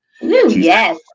yes